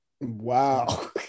Wow